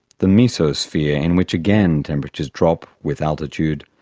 the mesosphere in which again, temperatures drop with altitude,